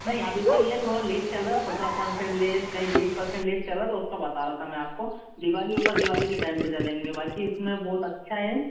नहीं अभी तो ये थोड़ा लेस चल रहा सत्रह पनसेन लेस कहीं बीस परसेन लेस चल रहा है तो उसका बाता रहा था मैं आप को दिवाली ओफर दिवाली के टाइम पर चलेंगे बाक़ी इस में बहुत अच्छा है